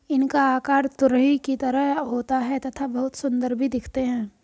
इनका आकार तुरही की तरह होता है तथा बहुत सुंदर भी दिखते है